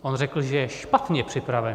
On řekl, že je špatně připravený.